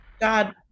God